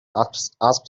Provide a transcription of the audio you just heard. asked